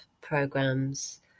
programs